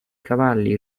cavalli